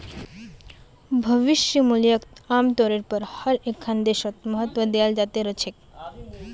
भविष्य मूल्यक आमतौरेर पर हर एकखन देशत महत्व दयाल जा त रह छेक